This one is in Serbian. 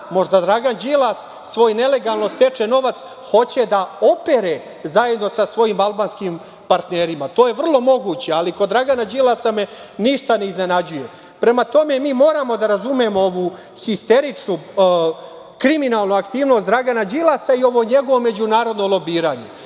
možda Dragan Đilas svoj nelegalno stečen novac hoće da opere zajedno sa svojim albanskim partnerima. To je vrlo moguće, ali kod Dragana Đilasa me ništa ne iznenađuje. Prema tome, mi moramo da razumemo ovu histeričnu kriminalnu aktivnost Dragana Đilasa i ovo njegovo međunarodno lobiranje.